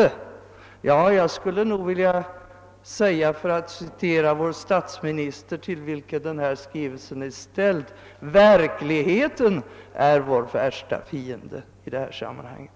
GÖR NÅGOT NU—— —> Jag skulle vilja ytterligare citera vår statsminister, till vilken denna skrivelse är ställd, och säga att det är verkligheten som är vår värsta fiende i detta sammanhang.